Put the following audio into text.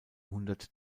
hundert